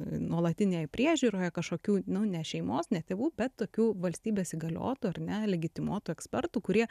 nuolatinėje priežiūroje kažkokių nu ne šeimos ne tėvų bet tokių valstybės įgaliotų ar ne legitimuotų ekspertų kurie